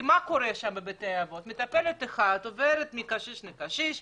בבתי האבות מטפלת אחת עוברת מקשיש לקשיש,